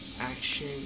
action